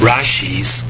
Rashis